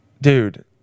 dude